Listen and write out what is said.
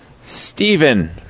Stephen